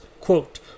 quote